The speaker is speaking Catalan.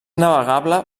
navegable